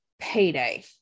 payday